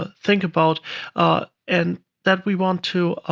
ah think about and that we want to